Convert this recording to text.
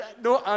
no